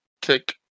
take